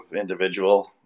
individual